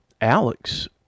Alex